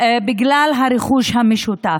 בגלל הרכוש המשותף.